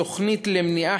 תוכנית למניעה,